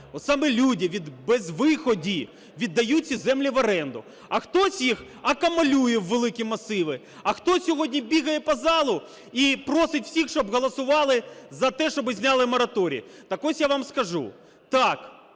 саме люди від безвиході віддають ці землі в оренду. А хтось їх акумулює у великі масиви. А хто сьогодні бігає по залу і просить всіх, щоб голосували за те, щоби зняли мораторій. Так ось я вам скажу. Так,